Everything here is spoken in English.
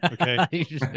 Okay